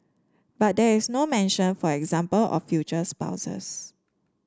but there is no mention for example of future spouses